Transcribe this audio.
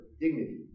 dignity